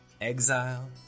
exile